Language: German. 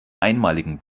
einmaligen